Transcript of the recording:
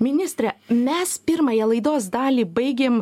ministre mes pirmąją laidos dalį baigėm